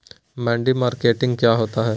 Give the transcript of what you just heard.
मंडी मार्केटिंग क्या होता है?